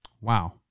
wow